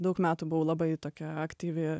daug metų buvau labai tokia aktyvi